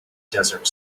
desert